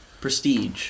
Prestige